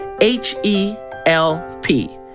H-E-L-P